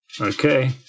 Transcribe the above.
Okay